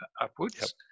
upwards